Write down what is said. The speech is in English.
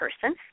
person